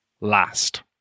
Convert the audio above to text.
last